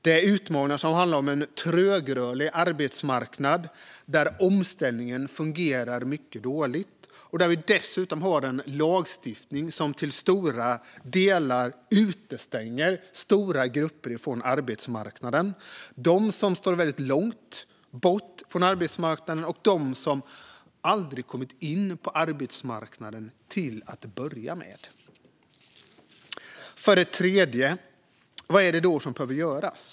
Det är utmaningar som handlar om en trögrörlig arbetsmarknad där omställningen fungerar mycket dåligt. Vi har dessutom en lagstiftning på området som till stora delar utestänger stora grupper från arbetsmarknaden. Det gäller dem som står väldigt långt bort från arbetsmarknaden och dem som aldrig har kommit in på arbetsmarknaden till att börja med. Man kan fråga sig vad det är som behöver göras.